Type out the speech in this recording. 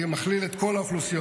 אני מכליל את כל האוכלוסיות,